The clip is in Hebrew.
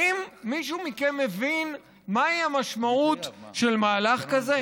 האם מישהו מכם מבין מהי המשמעות של מהלך כזה?